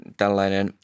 tällainen